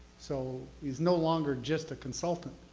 so he's no longer just a consultant.